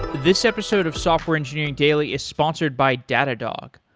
this episode of software engineering daily is sponsored by datadog.